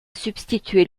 substituer